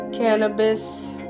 Cannabis